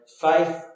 faith